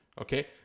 okay